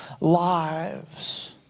lives